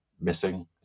missing